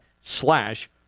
slash